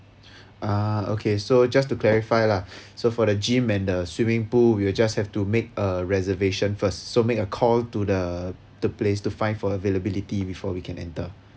ah okay so just to clarify lah so for the gym and the swimming pool we'll just have to make a reservation first so make a call to the the place to find for availability before we can enter